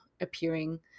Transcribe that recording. appearing